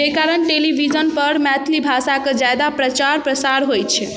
जै कारण टेलीविजनपर मैथिली भाषाके जादा प्रचार प्रसार होइ छै